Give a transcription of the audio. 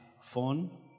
phone